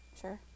sure